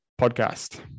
podcast